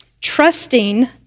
Trusting